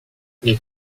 les